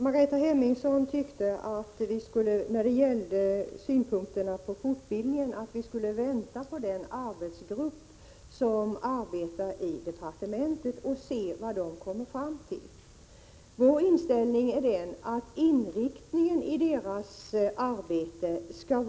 Herr talman! När det gäller synpunkterna på fortbildningen tycker Margareta Hemmingsson att vi skall vänta och se vad arbetsgruppen som arbetar i departementet kommer fram till. Vår inställning är att inriktningen på dess arbete skall